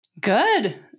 Good